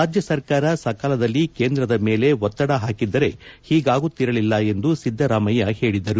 ರಾಜ್ಯ ಸರಕಾರ ಸಕಾಲದಲ್ಲಿ ಕೇಂದ್ರದ ಮೇಲೆ ಒತ್ತಡ ಪಾಕಿದ್ದರೆ ಹೀಗಾಗುತ್ತಿರಲಿಲ್ಲ ಎಂದು ಸಿದ್ದರಾಮಯ್ಯ ಹೇಳಿದರು